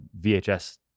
vhs